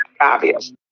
obvious